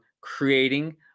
creating